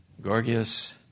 Gorgias